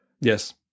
Yes